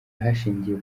hashingiwe